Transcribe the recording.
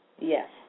Yes